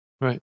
Right